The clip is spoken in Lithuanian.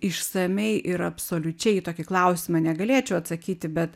išsamiai ir absoliučiai į tokį klausimą negalėčiau atsakyti bet